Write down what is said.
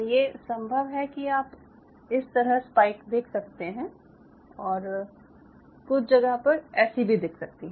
ये संभव है कि आप इस तरह स्पाइक देख सकते हैं और कुछ जगह पर ऐसी भी दिख सकती है